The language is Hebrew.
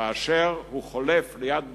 וכאשר הוא חולף ליד ביתך,